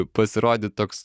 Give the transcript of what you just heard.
pasirodyt toks